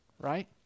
right